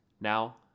Now